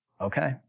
okay